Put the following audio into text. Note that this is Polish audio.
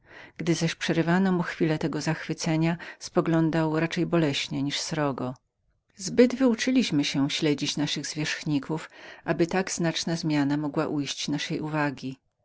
gdy zaś przerywano mu chwile tego zachwycenia bystro spoglądał wszelako więcej boleśnie niż srogo z naszej strony zbyt wyuczyliśmy się śledzić naszych zwierzchników aby tak znaczna zmiana mogła była ujść naszej uwagi